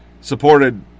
supported